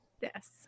Yes